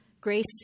grace